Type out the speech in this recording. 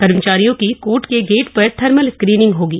कर्मचारियों की कोर्ट के गेट पर थर्मल स्क्रीनिंग होगी